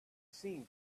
seen